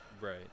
Right